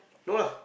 no lah